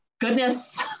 goodness